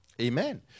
Amen